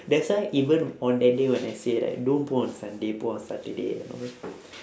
that's why even on that day when I say right don't put on Sunday put on Saturday you know